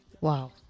Wow